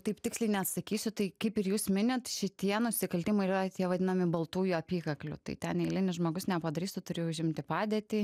taip tiksliai nesakysiu tai kaip ir jūs minit šitie nusikaltimai ir yra tie vadinami baltųjų apykaklių tai ten eilinis žmogus nepadarys tu turi užimti padėtį